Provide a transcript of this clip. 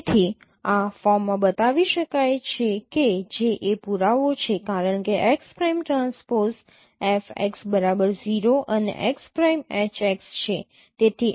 તેથી આ ફોર્મમાં બતાવી શકાય છે કે જે એ પુરાવો છે કારણ કે x prime transpose F x બરાબર 0 અને x પ્રાઇમ H x છે